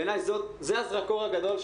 בעיניי זה הזרקור הגדול,